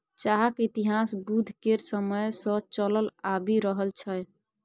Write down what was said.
चाहक इतिहास बुद्ध केर समय सँ चलल आबि रहल छै